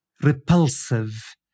repulsive